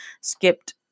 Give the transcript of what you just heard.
skipped